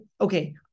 okay